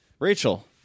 rachel